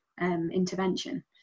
intervention